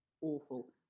awful